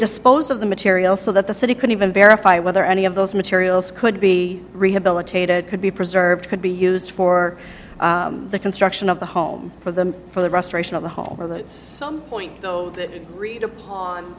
dispose of the material so that the city can even verify whether any of those materials could be rehabilitated could be preserved could be used for the construction of the home for them for the restoration of the whole